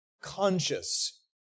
conscious